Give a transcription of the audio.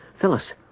Phyllis